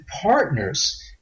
partners